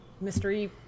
mystery